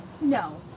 no